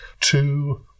two